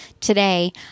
today